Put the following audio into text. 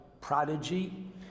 prodigy